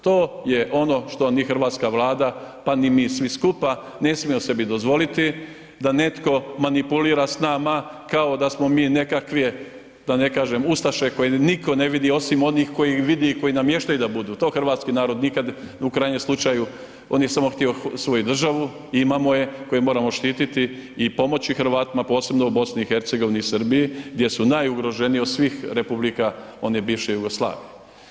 To je ono što ni hrvatska Vlada pa ni mi svi skupa ne smijemo sebi dozvoliti da netko manipulira s nama kao da smo mi nekakve da ne kažem ustaše koje nitko ne vidi osim onih koji ih vide i koji namještaju da budu, to hrvatski narod nikad u krajnjem slučaju, on je samo htio svoju državu, imamo je, koju moramo štititi i pomoći Hrvatima posebno u BiH-u i Srbiji gdje su najugroženiji od svih republika one bivše Jugoslavije.